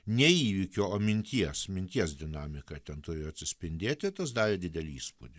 ne įvykio o minties minties dinamika ten turėjo atsispindėti tas darė didelį įspūdį